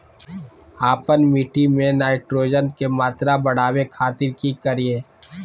आपन मिट्टी में नाइट्रोजन के मात्रा बढ़ावे खातिर की करिय?